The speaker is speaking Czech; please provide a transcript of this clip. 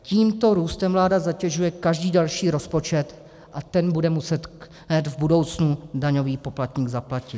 Tímto růstem vláda zatěžuje každý další rozpočet a ten bude muset v budoucnu daňový poplatník zaplatit.